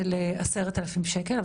של 10,000 שקל.